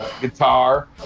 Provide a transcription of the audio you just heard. guitar